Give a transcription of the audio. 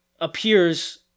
appears